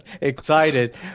excited